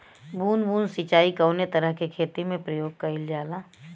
बूंद बूंद सिंचाई कवने तरह के खेती में प्रयोग कइलजाला?